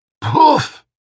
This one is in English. Poof